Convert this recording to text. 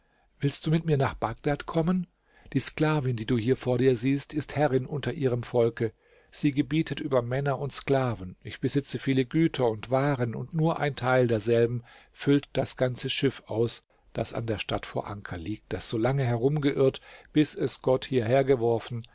willst du mit mir nach bagdad kommen die sklavin die du hier vor dir siehst ist herrin unter ihrem volke sie gebietet über männer und sklaven ich besitze viele güter und waren und nur ein teil derselben füllt das ganze schiff aus das an der stadt vor anker liegt das so lange herumgeirrt bis es gott hierher geworfen